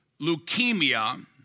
leukemia